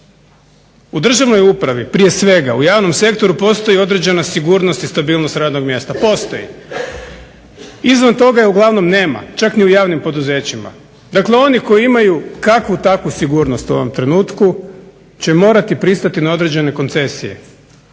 U državnoj upravi, prije svega u javnom sektoru postoji određena stabilnost i sigurnost radnog mjesta, postoji. Iznad toga je uglavnom nema, čak ni u javnim poduzećima. Dakle, oni koji imaju kakvu takvu sigurnost u ovom trenutku će morati pristati na određene koncesije.